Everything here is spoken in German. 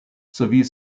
sowie